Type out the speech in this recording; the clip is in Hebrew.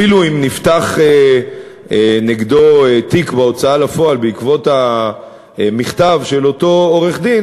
אפילו אם נפתח נגדו תיק בהוצאה לפועל בעקבות המכתב של אותו עורך-דין,